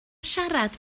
siarad